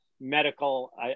medical